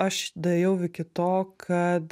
aš daėjau iki to kad